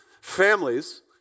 Families